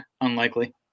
unlikely